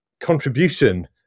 contribution